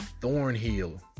Thornhill